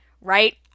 right